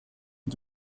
und